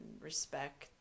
respect